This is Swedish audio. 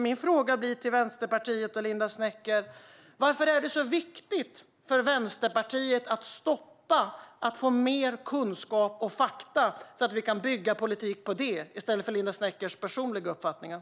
Min fråga till Vänsterpartiet och Linda Snecker blir därför: Varför är det så viktigt för Vänsterpartiet att stoppa att vi ska få mer kunskap och fakta, så att vi kan bygga politik på detta i stället för på Linda Sneckers personliga uppfattningar?